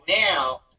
now